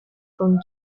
con